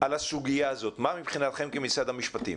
על הסוגיה הזאת, מה מבחינתכם כמשרד המשפטים